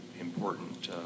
important